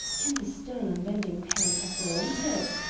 can the stern unbending parent have relented?